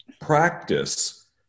practice